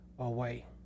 away